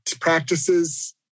practices